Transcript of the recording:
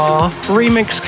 remix